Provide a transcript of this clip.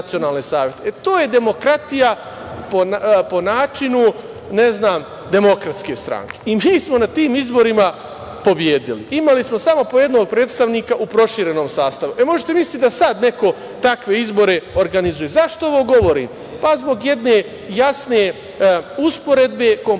To je demokratija po načinu, ne znam, DS. Mi smo na tim izborima pobedili. Imali smo samo po jednog predstavnika u proširenom sastavu. Možete misliti da sada neko takve izbore organizuje.Zašto ovo govorim? Zbog jedne jasne usporedbe, komparacije,